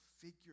figure